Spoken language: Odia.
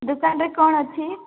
ଦୋକାନରେ କ'ଣ ଅଛି